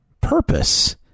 purpose